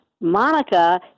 Monica